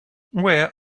where